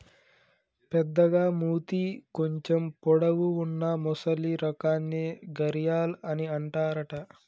పెద్దగ మూతి కొంచెం పొడవు వున్నా మొసలి రకాన్ని గరియాల్ అని అంటారట